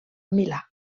milà